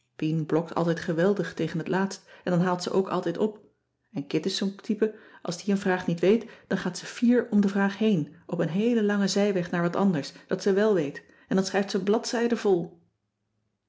pien blokt altijd geweldig tegen het laatst en dan haalt ze ook altijd op en kit is zoo'n type als die een vraag niet weet dan gaat ze fier om de vraag heen op een heelen langen zijweg naar wat anders dat ze wèl weet en dan schrijft ze bladzijden vol